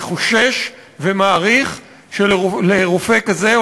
אני חושש ומעריך שלרופא כזה,